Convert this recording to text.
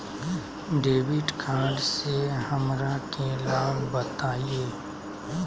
Debit card से हमरा के लाभ बताइए?